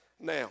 Now